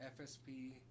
FSP